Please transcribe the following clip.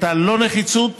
את האי-נחיצות,